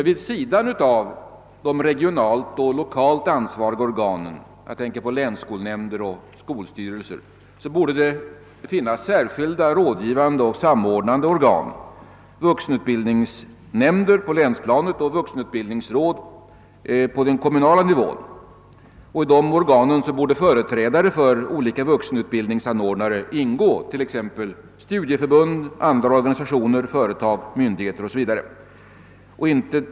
Vid sidan av de regionalt och lokalt ansvariga organen — jag tänker på länsskolnämnder och skolstyreiser — borde det finnas särskilda rådgivande och samordnande organ, vuxenutbildningsnämnder på länsplanet och vuxenutbildningsråd på den kommunala nivån. I dessa organ borde företrädare för olika vuxenutbildnings anordnare ingå, t.ex. studieförbund, andra organisationer, företag, myndigheter o.s.v.